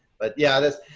but yeah, that's